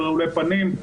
של רעולי פנים,